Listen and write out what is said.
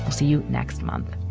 see you next month